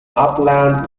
upland